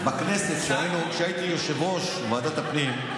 בכנסת כשהייתי יושב-ראש ועדת הפנים,